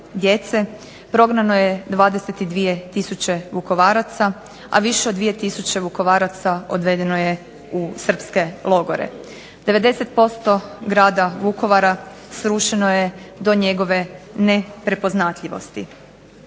prognano je 22 tisuće Vukovaraca, a više od 2 tisuće Vukovaraca je odvedeno je u srpske logore. 90% Grada Vukovara srušeno je njegove neprepoznatljivosti.